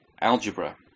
algebra